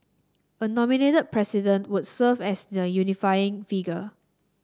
a nominated President would serve as the unifying figure